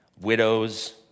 widows